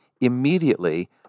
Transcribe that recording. immediately